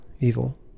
evil